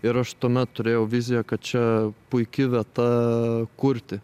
ir aš tuomet turėjau viziją kad čia puiki vieta kurti